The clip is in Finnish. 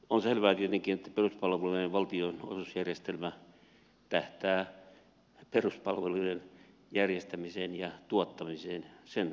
on selvää tietenkin että peruspalvelujen valtionosuusjärjestelmä tähtää peruspalveluiden järjestämiseen ja tuottamiseen niiden tukemiseen